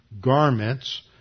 garments